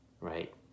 right